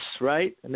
right